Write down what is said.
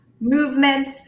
movement